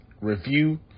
review